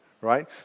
Right